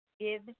Give